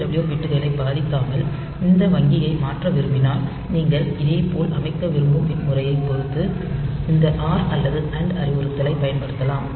W பிட்களை பாதிக்காமல் இந்த வங்கியை மாற்ற விரும்பினால் நீங்கள் இதேபோல் அமைக்க விரும்பும் பிட் முறையைப் பொறுத்து இந்த ஆர் அல்லது அண்ட் அறிவுறுத்தலைப் பயன்படுத்தலாம்